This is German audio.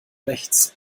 rechts